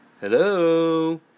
Hello